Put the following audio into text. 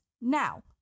now